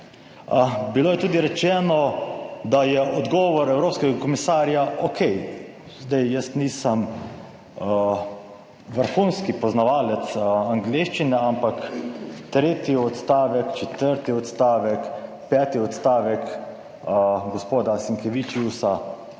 Bilo je tudi rečeno, da je odgovor evropskega komisarja, okej, zdaj jaz nisem vrhunski poznavalec angleščine, ampak tretji odstavek, četrti odstavek, peti odstavek gospoda Sinkevičiusa